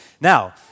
Now